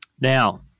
Now